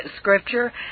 Scripture